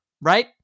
right